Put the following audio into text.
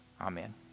Amen